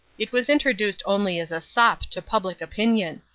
it was introduced only as a sop to public opinion.